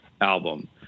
album